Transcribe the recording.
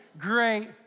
great